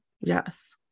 Yes